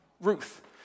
Ruth